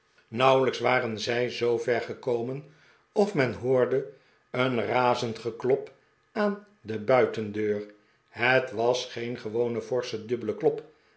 nauwelijks waren zij zoover gekomen of de pickwick clu men hoorde een razend geklop aan de buitendeur het was geen gewone forsche dubbele klop